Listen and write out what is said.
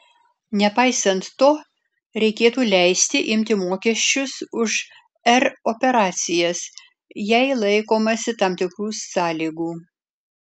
nepaisant to reikėtų leisti imti mokesčius už r operacijas jei laikomasi tam tikrų sąlygų